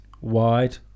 wide